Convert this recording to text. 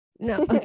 No